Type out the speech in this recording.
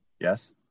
Yes